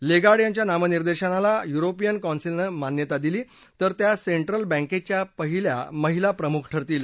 Lagarde यांच्या नामनिर्देशाला European कॉन्सिलनं मान्यता दिली तर त्या सेंट्रल बँकेच्या पहिल्या महिला प्रमुख ठरतील